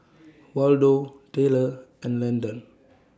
Waldo Tayler and Lyndon